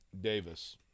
Davis